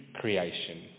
creation